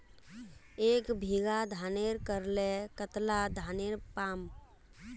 एक बीघा धानेर करले कतला धानेर पाम?